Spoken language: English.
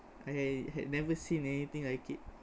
I ha~ had never seen anything like it